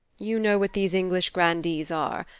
you know what these english grandees are.